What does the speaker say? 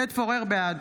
בעד